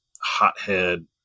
hothead